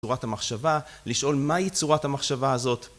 צורת המחשבה, לשאול מהי צורת המחשבה הזאת.